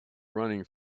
running